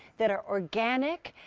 that are organic,